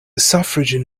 suffragan